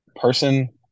Person